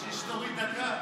בשביל שתוריד דקה.